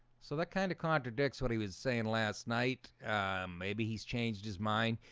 so that kind of contradicts what he was saying last night maybe he's changed his mind.